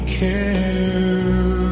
care